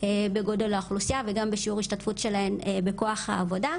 בגודל האוכלוסייה וגם בשיעור השתתפות שלהן בכוח העבודה,